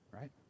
right